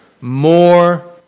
more